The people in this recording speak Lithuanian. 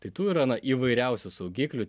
tai tų yra įvairiausių saugiklių